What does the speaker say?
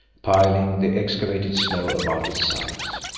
piling the excavated snow about its sides.